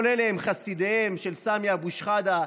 כל אלה הם חסידיהם של סמי אבו שחאדה,